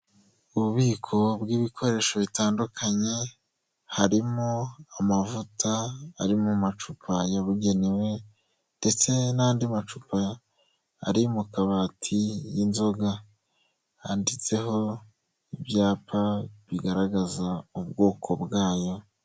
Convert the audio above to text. Ububiko bw'ibikoresho bitandukanye, harimo amavuta ari mu macupa yabugenewe ndetse n'andi macupa ari mu kabati y'inzoga, handitseho ibyapa bigaragaza ubwoko bwayo.